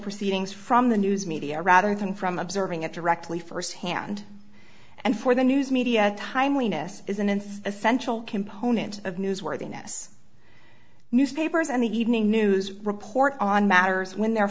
proceedings from the news media rather than from observing it directly firsthand and for the news media timeliness isn't an essential component of newsworthiness newspapers and the evening news report on matters when they're